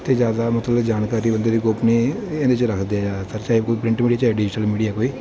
ਅਤੇ ਜ਼ਿਆਦਾ ਮਤਲਬ ਜਾਣਕਾਰੀ ਬੰਦੇ ਦੀ ਗੁਪਨੀਏ ਇਹ ਇਹਦੇ 'ਚ ਰੱਖਦੇ ਆ ਜ਼ਿਆਦਾਤਰ ਚਾਹੇ ਕੋਈ ਪ੍ਰਿੰਟ ਮੀਡੀਆ ਚਾਹੇ ਡਿਜ਼ੀਟਲ ਮੀਡੀਆ ਕੋਈ